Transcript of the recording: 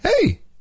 hey